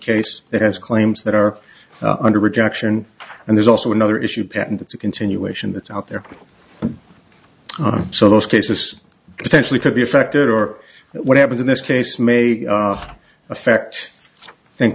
case that has claims that are under rejection and there's also another issue patent it's a continuation that's out there so those cases potentially could be affected or what happens in this case may affect